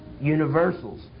universals